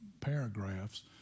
paragraphs